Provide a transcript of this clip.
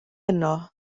yno